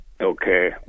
okay